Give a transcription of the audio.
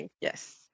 Yes